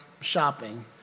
shopping